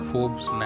Forbes